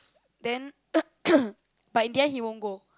then but in the end he won't go